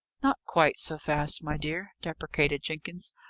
not quite so fast, my dear, deprecated jenkins.